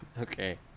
Okay